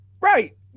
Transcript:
Right